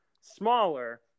smaller